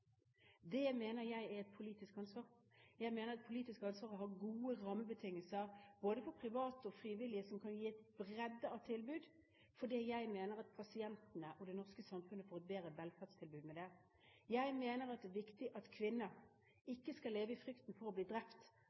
Det mener jeg er et politisk ansvar. Jeg mener det er et politisk ansvar å ha gode rammebetingelser for både private og frivillige som kan gi et bredt tilbud, fordi jeg mener at pasientene og det norske samfunnet får et bedre velferdstilbud med det. Det er viktig at kvinner ikke lever i frykt for å bli drept